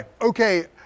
Okay